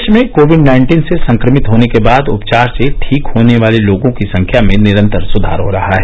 देश में COVID nineteen से संक्रमित होने के बाद उपचार से ठीक होने वाले लोगों की संख्या में निरंतर सुधार हो रहा है